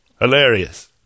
Hilarious